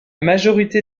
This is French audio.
majorité